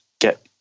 get